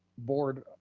board,